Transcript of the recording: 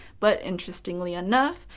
but interestingly enough,